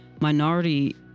minority